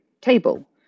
table